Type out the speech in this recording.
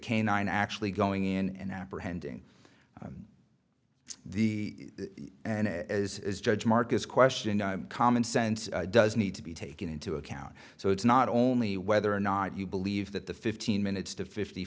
canine actually going in and apprehending the and as judge marcus questioned common sense does need to be taken into account so it's not only whether or not you believe that the fifteen minutes to fifty